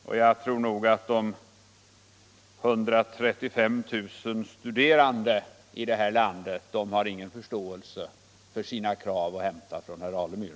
Och jag tror att de 135 000 studerandena här i landet inte har någon förståelse för sina krav att hämta hos herr Alemyr.